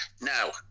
Now